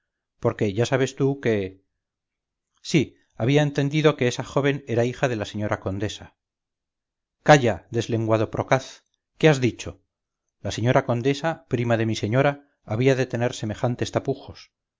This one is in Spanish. porque ya sabes tú que sí había entendido que esa joven era hija de la señora condesa calla deslenguado procaz qué has dicho la señora condesa prima de mi señora había de tener semejantes tapujos